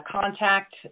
contact